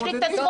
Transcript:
יש לי את הזכות.